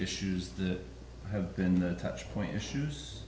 issues the have been the touch point your shoes